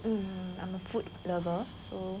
um I'm a food lover so